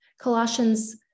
Colossians